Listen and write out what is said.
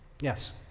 Yes